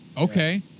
Okay